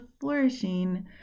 flourishing